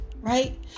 right